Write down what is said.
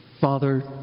father